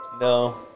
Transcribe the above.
No